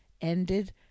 ended